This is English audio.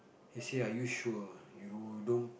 he say are you sure you know you don't